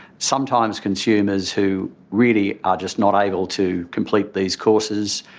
sometimes consumers who really are just not able to complete these courses.